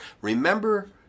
Remember